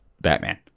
Batman